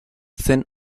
zen